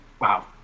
wow